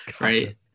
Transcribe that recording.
Right